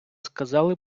сказали